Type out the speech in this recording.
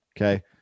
Okay